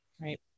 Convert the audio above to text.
right